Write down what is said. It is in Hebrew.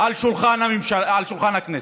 על שולחן הכנסת.